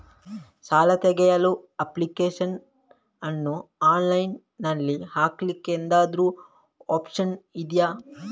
ಸಾಲ ತೆಗಿಯಲು ಅಪ್ಲಿಕೇಶನ್ ಅನ್ನು ಆನ್ಲೈನ್ ಅಲ್ಲಿ ಹಾಕ್ಲಿಕ್ಕೆ ಎಂತಾದ್ರೂ ಒಪ್ಶನ್ ಇದ್ಯಾ?